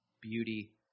beauty